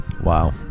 Wow